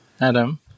Adam